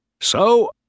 So